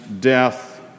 death